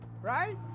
Right